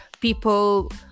people